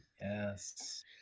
Yes